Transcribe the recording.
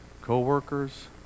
co-workers